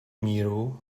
míru